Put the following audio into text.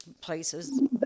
places